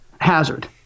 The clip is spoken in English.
Hazard